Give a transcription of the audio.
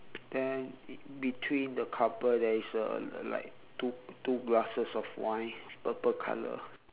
then in between the couple there is a like two two glasses of wine purple colour